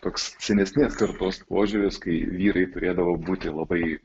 toks senesnės kartos požiūris kai vyrai turėdavo būti labai